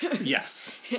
Yes